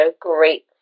great